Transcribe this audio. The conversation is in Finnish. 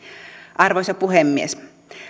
arvoisa puhemies